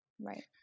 Right